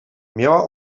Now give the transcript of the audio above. miała